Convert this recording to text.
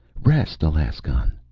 rest, alaskon.